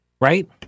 right